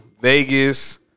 Vegas